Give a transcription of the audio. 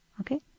Okay